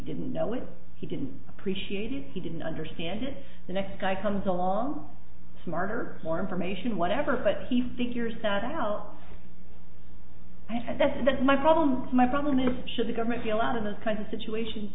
didn't know it he didn't appreciate it he didn't understand the next guy comes along smarter more information whatever but he figures that out and that's not my problem my problem is should the government bail out of those kinds of situations